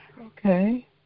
Okay